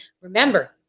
remember